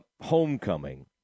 Homecoming